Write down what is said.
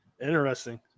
Interesting